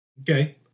Okay